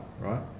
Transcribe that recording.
right